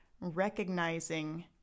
recognizing